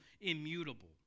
immutable